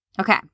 Okay